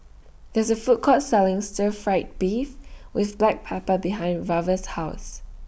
There IS A Food Court Selling Stir Fry Beef with Black Pepper behind Reva's House